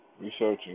Researching